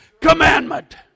commandment